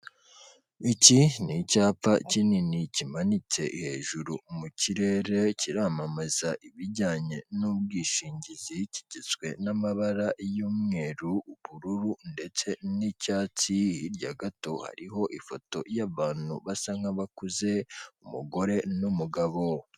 Iki ni icyapa kinini kimanitse hejuru mu kirere, kiramamaza ibijyanye n'ubwishingizi, kigizwe n'amabara y'umweru, ubururu ndetse n'icyatsi, hirya gato hariho ifoto y'abantu basa n'abakuze, umugore n'umugabo.